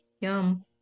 yum